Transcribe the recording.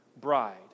bride